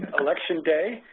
election day